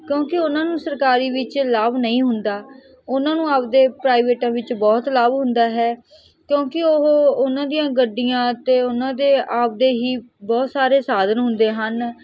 ਕਿਉਂਕਿ ਉਹਨਾਂ ਨੂੰ ਸਰਕਾਰੀ ਵਿੱਚ ਲਾਭ ਨਹੀਂ ਹੁੰਦਾ ਉਹਨਾਂ ਨੂੰ ਆਪਣੇ ਪ੍ਰਾਈਵੇਟਾਂ ਵਿੱਚ ਬਹੁਤ ਲਾਭ ਹੁੰਦਾ ਹੈ ਕਿਉਂਕਿ ਉਹ ਉਹਨਾਂ ਦੀਆਂ ਗੱਡੀਆਂ ਅਤੇ ਉਹਨਾਂ ਦੇ ਆਪਣੇ ਬਹੁਤ ਸਾਰੇ ਸਾਧਨ ਹੁੰਦੇ ਹਨ